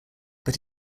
but